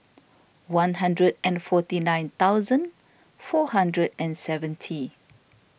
one hundred and forty nine thousand four hundred and seventy